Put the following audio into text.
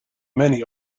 many